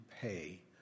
pay